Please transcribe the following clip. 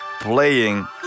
playing